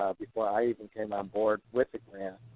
ah before i even came onboard, with the grant.